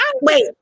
wait